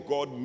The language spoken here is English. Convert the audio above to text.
God